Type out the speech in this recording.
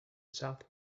south